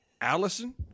allison